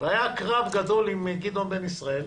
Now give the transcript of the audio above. והיה קרב גדול עם גדעון בן-ישראל,